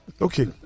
okay